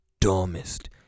dumbest